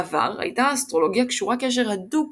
בעבר הייתה האסטרולוגיה קשורה קשר הדוק